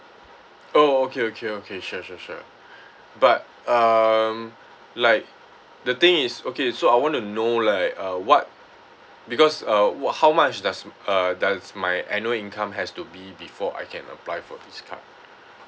oh okay okay okay sure sure sure but um like the thing is okay so I want to know like uh what because uh wh~ how much does uh does my annual income has to be before I can apply for this card